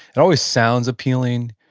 it always sounds appealing,